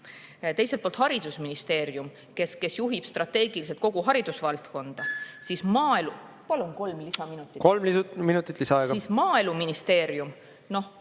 Teiselt poolt haridusministeerium, kes juhib strateegiliselt kogu haridusvaldkonda. Edasi ... Palun kolm lisaminutit. Kolm minutit lisaaega. Edasi, Maaeluministeerium,